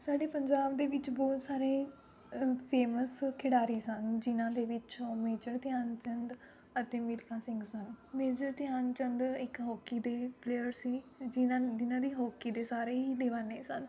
ਸਾਡੇ ਪੰਜਾਬ ਦੇ ਵਿੱਚ ਬਹੁਤ ਸਾਰੇ ਅ ਫੇਮਸ ਖਿਡਾਰੀ ਸਨ ਜਿਹਨਾਂ ਦੇ ਵਿੱਚੋਂ ਮੇਜਰ ਧਿਆਨ ਚੰਦ ਅਤੇ ਮਿਲਖਾ ਸਿੰਘ ਸਨ ਮੇਜਰ ਧਿਆਨ ਚੰਦ ਇੱਕ ਹਾਕੀ ਦੇ ਪਲੇਅਰ ਸੀ ਜਿਹਨਾਂ ਨੂੰ ਦੀ ਹਾਕੀ ਦੇ ਸਾਰੇ ਹੀ ਦੀਵਾਨੇ ਸਨ